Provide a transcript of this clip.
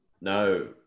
No